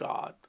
God